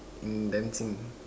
in dancing